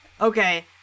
Okay